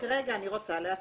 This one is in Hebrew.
רק רגע, אני רוצה להסביר.